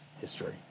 history